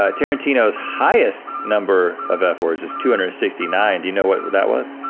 ah tarantino's highest number of f words is two hundred and sixty nine. do you know what that was?